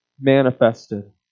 manifested